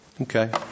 Okay